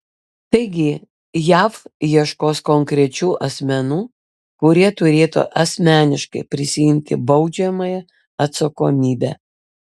taigi jav ieškos konkrečių asmenų kurie turėtų asmeniškai prisiimti baudžiamąją atsakomybę